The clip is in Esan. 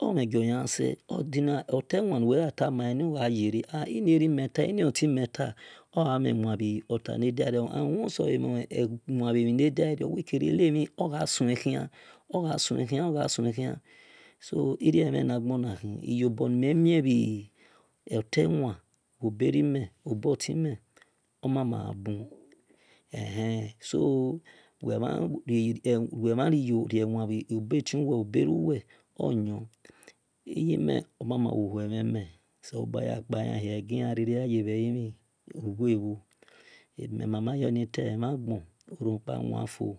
Omhen giu wel yan se olemhan nuwe gha tamnai nie orgha yere inia erime tai etime tah ogha mhen wan bho ta nor diaria and ones orgha mhen wan bhe mhi na diamio w do kere enemhi ogha shuen khian oghasuen so irior emhen na gbona khi so iyobor nime mie bhi olewhan bho berimen bho bor timeh oma ma ma ghabu so wel mha rye wan bho bor tuiwel bho beruwel oyun iyimen owo mama hue mhemeh se selobua ya kpai an egie riri yebhe limi ebhue bhu ebime mama yoni ta awofo